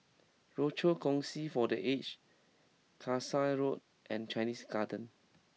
Rochor Kongsi for the Aged Kasai Road and Chinese Garden